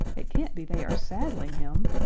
it can't be they are saddling him!